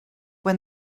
when